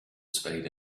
spade